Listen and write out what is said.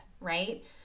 right